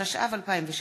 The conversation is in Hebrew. התשע"ו 2016,